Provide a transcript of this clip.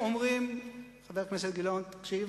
אומרים, חבר הכנסת גילאון, תקשיב.